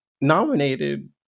nominated